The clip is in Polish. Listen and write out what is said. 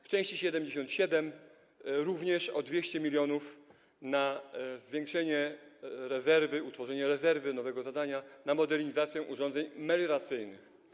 W części 77 również o 200 mln na zwiększenie rezerwy, utworzenie rezerwy, nowego zadania, na modernizację urządzeń melioracyjnych.